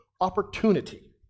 opportunity